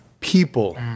people